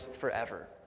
forever